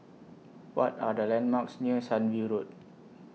What Are The landmarks near Sunview Road